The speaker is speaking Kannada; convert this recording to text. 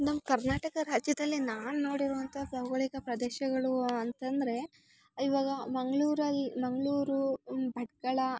ನಮ್ಮ ಕರ್ನಾಟಕ ರಾಜ್ಯದಲ್ಲಿ ನಾನು ನೋಡಿರುವಂಥ ಭೌಗೋಳಿಕ ಪ್ರದೇಶಗಳು ಅಂತಂದರೆ ಇವಾಗ ಮಂಗ್ಳೂರಲ್ಲಿ ಮಂಗಳೂರು ಭಟ್ಕಳ